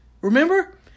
Remember